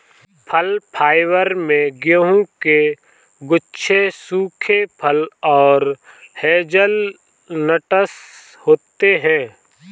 फल फाइबर में गेहूं के गुच्छे सूखे फल और हेज़लनट्स होते हैं